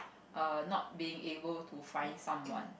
err not being able to find someone